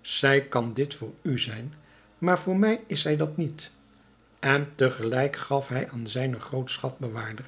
zij kan dit voor u zijn maar voor mij is zij dat niet en te gelijk gaf hij aan zijnen groot schatbewaarder